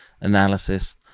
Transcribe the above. analysis